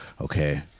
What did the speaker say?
Okay